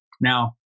Now